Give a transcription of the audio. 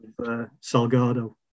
Salgado